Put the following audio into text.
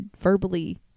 verbally